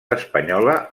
espanyola